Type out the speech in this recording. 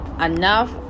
enough